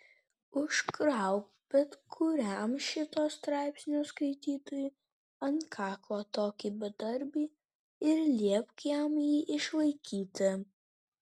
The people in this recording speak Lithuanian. užkrauk bet kuriam šito straipsnio skaitytojui ant kaklo tokį bedarbį ir liepk jam jį išlaikyti